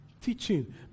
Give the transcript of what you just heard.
Teaching